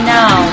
now